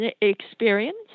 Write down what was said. experience